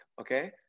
okay